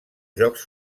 jocs